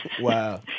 Wow